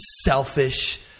selfish